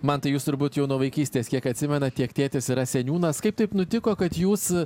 mantai jūs turbūt jau nuo vaikystės kiek atsimenat tiek tėtis yra seniūnas kaip taip nutiko kad jūs